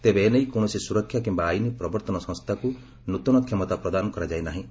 ତେବେ ଏ ନେଇ କୌଣସି ସୁରକ୍ଷା କିମ୍ବା ଆଇନ ପ୍ରବର୍ତ୍ତନ ସଂସ୍ଥାକୁ ନୂତନ କ୍ଷମତା ପ୍ରଦାନ କରାଯାଇ ନାହିଁ